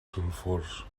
sulfurs